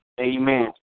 Amen